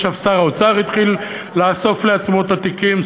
עכשיו שר האוצר התחיל לאסוף לעצמו את התיקים.